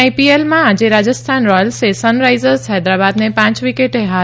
આઇપીએલમાં આજે રાજસ્થાન રોયલ્સે સનરાઇઝર્સ હૈદરાબાદને પાંચ વિકેટે હાર